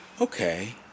Okay